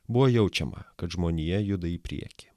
buvo jaučiama kad žmonija juda į priekį